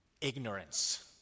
ignorance